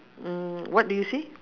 mm what do you see